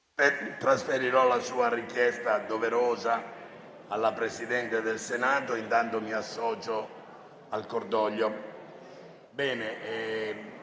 trasferirò la sua doverosa richiesta alla Presidente del Senato e intanto mi associo al cordoglio.